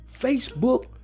Facebook